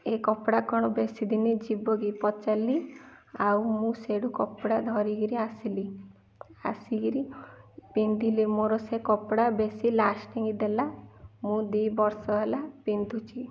ଏ କପଡ଼ା କ'ଣ ବେଶୀ ଦିନି ଯିବକି ପଚାରିଲି ଆଉ ମୁଁ ସେଠୁ କପଡ଼ା ଧରି କରି ଆସିଲି ଆସି କରି ପିନ୍ଧିଲି ମୋର ସେ କପଡ଼ା ବେଶୀ ଲାଷ୍ଟିଙ୍ଗ ଦେଲା ମୁଁ ଦୁଇ ବର୍ଷ ହେଲା ପିନ୍ଧୁଛି